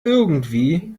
irgendwie